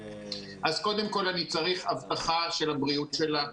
קודם כל אני צריך הבטחה של הבריאות שלך,